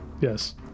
yes